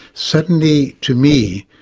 suddenly to me,